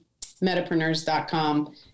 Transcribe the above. metapreneurs.com